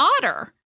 otter